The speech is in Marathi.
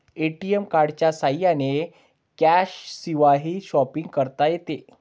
ए.टी.एम कार्डच्या साह्याने कॅशशिवायही शॉपिंग करता येते